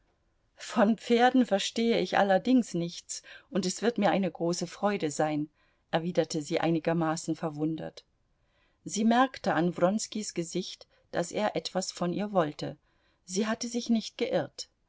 von pferden verstehe ich allerdings nichts und es wird mir eine große freude sein erwiderte sie einigermaßen verwundert sie merkte an wronskis gesicht daß er etwas von ihr wollte sie hatte sich nicht geirrt